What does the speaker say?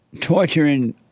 torturing